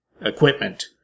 equipment